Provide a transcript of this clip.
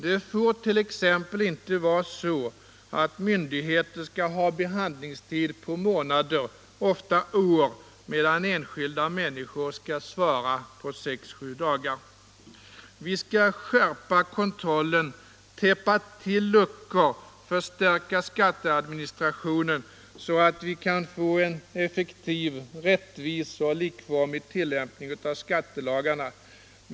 Det får t.ex. inte vara så att myndigheter skall ha behandlingstid på månader, ofta år, medan enskilda människor skall svara på sex sju dagar. Vi skall skärpa kontrollen, täppa till luckor, förstärka skatteadministrationen så att vi kan få en effektiv, rättvis och likformig tillämpning av skattelagarna.